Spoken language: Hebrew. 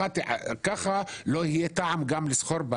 ככה לא יהיה טעם גם לסחור,